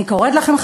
אני קוראת לכם,